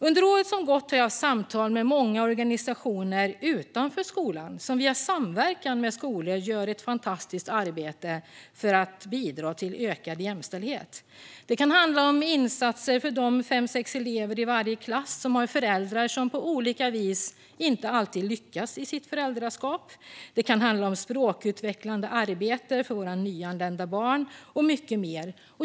Under det år som har gått har jag haft samtal med många organisationer utanför skolan som via samverkan med skolor gör ett fantastiskt arbete för att bidra till ökad jämlikhet. Det kan handla om insatser för de fem sex elever i varje klass som har föräldrar som på olika vis inte alltid lyckas i sitt föräldraskap. Det kan handla om språkutvecklande arbete för våra nyanlända barn och mycket mer.